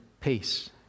peace